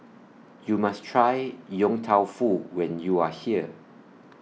YOU must Try Yong Tau Foo when YOU Are here